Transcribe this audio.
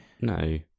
No